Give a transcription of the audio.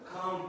come